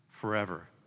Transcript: forever